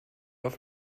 auf